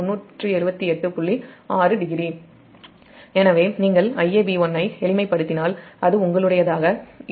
60 எனவே நீங்கள் Iab1 ஐ எளிமைப்படுத்தினால் அது 2